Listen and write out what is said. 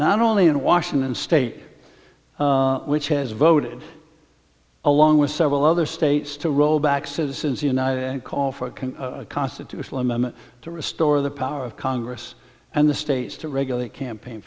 not only in washington state which has voted along with several other states to rollback citizens united a call for can a constitutional amendment to restore the power of congress and the states to regulate campaign